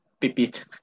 Pipit